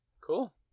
Cool